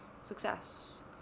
success